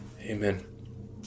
Amen